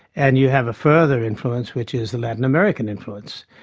and you have a further influence, which is the latin american influence,